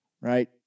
right